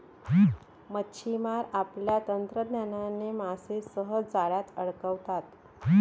मच्छिमार आपल्या तंत्रज्ञानाने मासे सहज जाळ्यात अडकवतात